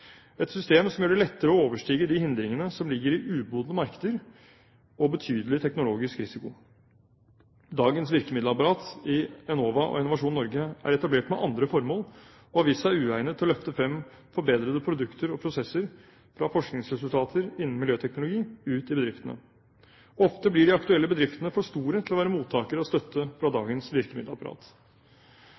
et system som gjør det lettere å overstige de hindringene som ligger i umodne markeder og betydelig teknologisk risiko. Dagens virkemiddelapparat i Enova og Innovasjon Norge er etablert med andre formål og har vist seg uegnet til å løfte frem forbedrede produkter og prosesser fra forskningsresultater innen miljøteknologi ut i bedriftene. Ofte blir de aktuelle bedriftene for store til å være mottakere av støtte fra dagens virkemiddelapparat.